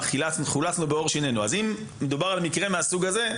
אם מדובר במקרה מהסוג הזה,